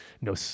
no